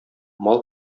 мал